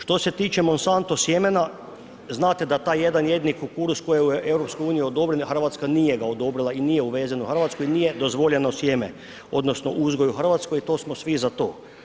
Što se tiče Monsanto sjemena, znate da taj jedan jedini kukuruz koji je u EU-u odobren, Hrvatska nije ga odobrila i nije uvezen u Hrvatsku i nije dozvoljeno sjeme odnosno uzgoj u Hrvatskoj i to smo svi za to.